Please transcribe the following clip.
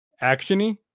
action-y